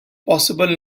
possible